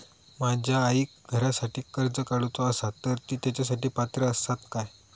माझ्या आईक घरासाठी कर्ज काढूचा असा तर ती तेच्यासाठी पात्र असात काय?